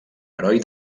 heroi